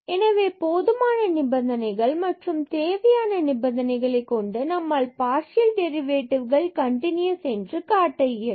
எனவே போதுமான நிபந்தனைகள் மற்றும் தேவையான நிபந்தனைகளை கொண்டு நம்மால் பார்சியல் டெரிவேட்டிவ்கள் கண்டினுயஸ் என்று காட்ட இயலும்